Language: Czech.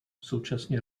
současně